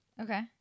Okay